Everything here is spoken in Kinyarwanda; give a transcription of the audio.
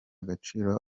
agaciro